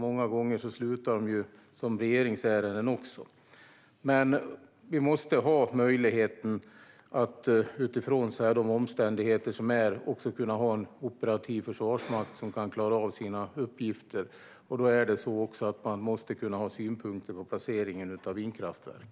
Många gånger slutar de också som regeringsärenden. Vi måste ha möjligheten att utifrån de omständigheter som råder ha en operativ försvarsmakt som kan klara av sina uppgifter. Då måste man också kunna ha synpunkter på placeringen av vindkraftverk.